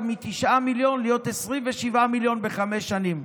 מ-9 מיליון להיות 27 מיליון בחמש שנים.